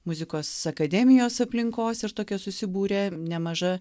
muzikos akademijos aplinkos ir tokia susibūrė nemaža